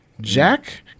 Jack